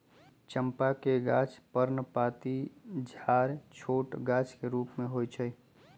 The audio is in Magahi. चंपा के गाछ पर्णपाती झाड़ छोट गाछ के रूप में होइ छइ